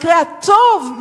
במקרה הטוב,